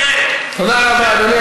--- תודה רבה, אדוני.